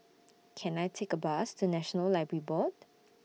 Can I Take A Bus to National Library Board